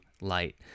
light